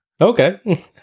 Okay